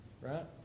right